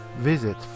Visit